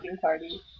party